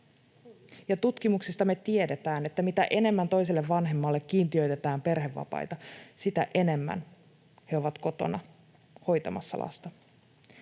tutkimuksista me tiedämme, että mitä enemmän toiselle vanhemmalle kiintiöitetään perhevapaita, sitä enemmän he ovat kotona hoitamassa lasta.